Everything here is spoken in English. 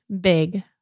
big